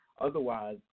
Otherwise